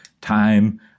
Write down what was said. time